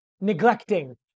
neglecting